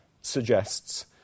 suggests